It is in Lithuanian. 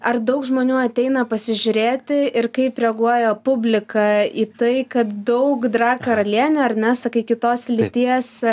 ar daug žmonių ateina pasižiūrėti ir kaip reaguoja publiką į tai kad daug drag karalienių ar ne sakai kitos lyties